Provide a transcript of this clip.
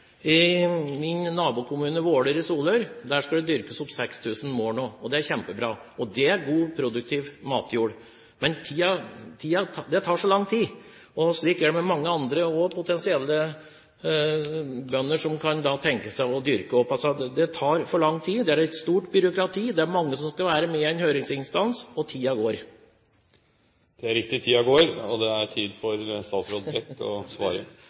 I min nabokommune, Våler i Solør, skal det dyrkes opp 6 000 mål nå. Det er kjempebra, og det er god, produktiv matjord. Men det tar så lang tid, og slik er det for mange andre, også potensielle bønder som kan tenke seg å dyrke opp. Det tar for lang tid. Det er et stort byråkrati. Det er mange som skal være med i en høringsinstans, og tiden går. Det er riktig. Tiden går, og det er tid for statsråd Brekk til å svare.